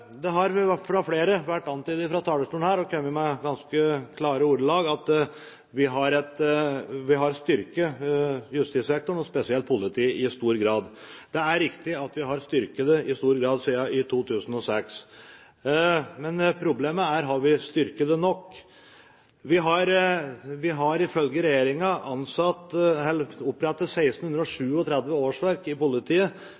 Det har fra flere vært antydet fra talerstolen – og det har kommet i ganske klare ordelag – at vi har styrket justissektoren, og spesielt politiet. Det er riktig at vi har styrket sektoren i stor grad siden 2006, men spørsmålet er om vi har styrket den nok. Vi har ifølge regjeringen opprettet